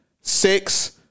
Six